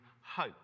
hope